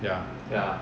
ya